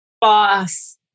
boss